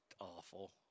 awful